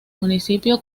municipio